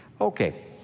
Okay